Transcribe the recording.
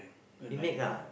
we make lah